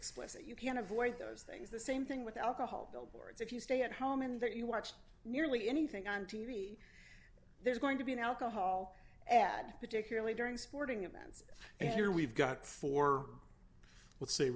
explicit you can avoid those things the same thing with alcohol billboards if you stay at home and that you watch nearly anything on t v there's going to be an alcohol and particularly during sporting events and here we've got four